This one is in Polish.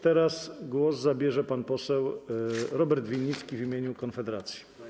Teraz głos zabierze pan poseł Robert Winnicki w imieniu Konfederacji.